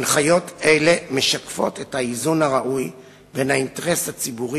הנחיות אלה משקפות את האיזון הראוי בין האינטרס הציבורי